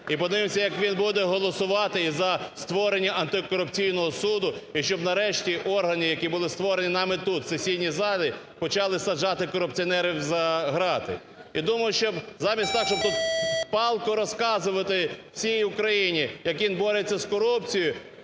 І подивимось, як він буде голосувати за створення антикорупційного суду. І щоб нарешті органи, які були створені нами тут, в сесійній залі, почали саджати корупціонерів за ґрати. І думаю, що, замість того щоб тут палко розказувати всій Україні, як він бореться з корупцією,